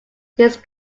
these